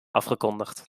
afgekondigd